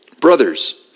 Brothers